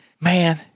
Man